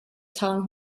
town